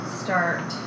start